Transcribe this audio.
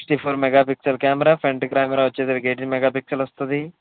sixty four megapixel camera front camera వచ్చేసరికి eighteen megapixel వస్తుంది